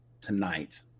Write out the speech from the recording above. tonight